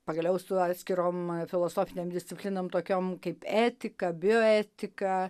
pagaliau su atskirom filosofinėm disciplinom tokiom kaip etika bioetika